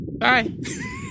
Bye